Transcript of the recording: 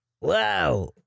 Wow